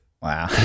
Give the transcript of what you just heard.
Wow